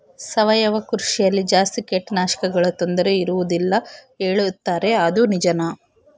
ಸಾವಯವ ಕೃಷಿಯಲ್ಲಿ ಜಾಸ್ತಿ ಕೇಟನಾಶಕಗಳ ತೊಂದರೆ ಇರುವದಿಲ್ಲ ಹೇಳುತ್ತಾರೆ ಅದು ನಿಜಾನಾ?